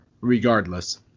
regardless